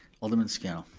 alderman scannell.